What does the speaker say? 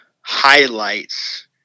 highlights